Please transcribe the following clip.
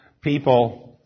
people